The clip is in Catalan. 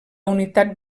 unitat